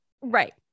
Right